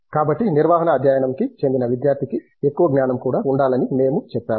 కాబట్టి నిర్వహణ అధ్యయనం కి చెందిన విద్యార్థికి ఎక్కువ జ్ఞానం కూడా ఉండాలని మేము చెప్పాము